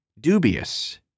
dubious